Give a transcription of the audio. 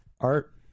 Art